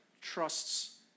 trusts